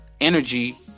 energy